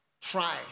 try